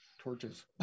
torches